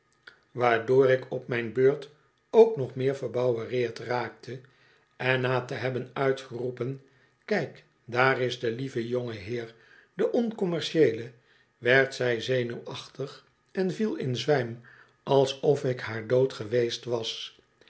waardoor ik op mijn beurt ook nog meer verbouwereerd raakte en na te hebben uitgeroepen kijk daar is de lieve jongeheer de oncommercieele i werd zij zenuwachtig en viel in zwijm alsof ik haar dood geweest was